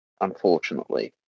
Unfortunately